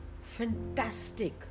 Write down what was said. fantastic